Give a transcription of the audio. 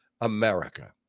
America